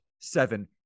seven